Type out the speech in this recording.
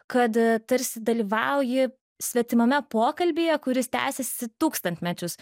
kad tarsi dalyvauji svetimame pokalbyje kuris tęsiasi tūkstantmečius